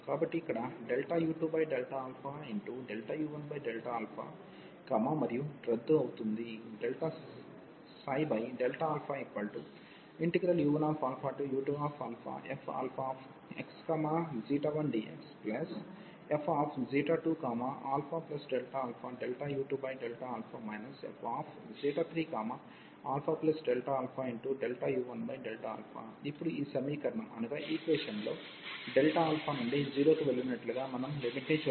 కాబట్టి ఇక్కడ u2 u1 మరియు రద్దు అవుతుంది u1u2fx1dxf2αΔαu2Δα f3αΔαu1Δα ఇప్పుడు ఈ సమీకరణంలో Δαనుండి 0 కి వెళ్ళినట్లుగా మనం లిమిట్ ని చూడవచ్చు